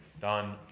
done